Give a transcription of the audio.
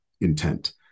intent